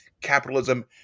capitalism